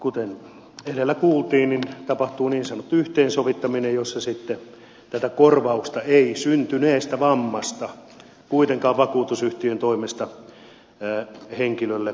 kuten edellä kuultiin tapahtuu niin sanottu yhteensovittaminen jossa sitten tätä korvausta ei syntyneestä vammasta kuitenkaan vakuutusyhtiön toimesta henkilölle makseta